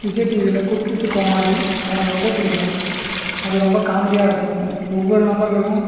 விஜய் டிவியில் cook with Comali அது எனக்கு ரொம்ப பிடிக்கும் அது ரொம்ப காமெடியாக இருக்கும் ஒவ்வொரு நபர்களும்